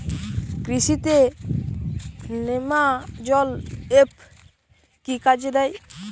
কৃষি তে নেমাজল এফ কি কাজে দেয়?